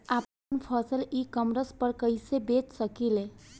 आपन फसल ecommerce पर कईसे बेच सकिले?